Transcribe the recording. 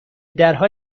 درها